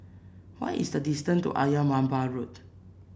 what is the distance to Ayer Merbau Road